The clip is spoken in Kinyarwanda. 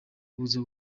buza